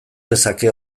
dezake